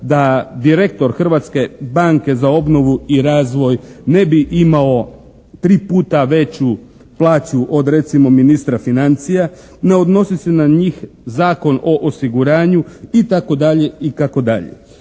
da direktor Hrvatske banke za obnovu i razvoj ne bi imao tri puta veću plaću od recimo ministra financija. Ne odnosi se na njih Zakon o osiguranju i tako